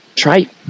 Try